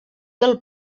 del